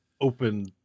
open